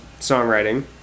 songwriting